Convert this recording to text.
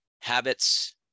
habits